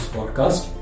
Podcast